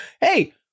Hey